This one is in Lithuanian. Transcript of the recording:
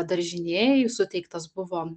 daržinėj suteiktas buvo